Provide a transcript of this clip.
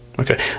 Okay